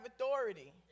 authority